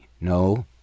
no